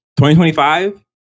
2025